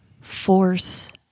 force